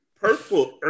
Purple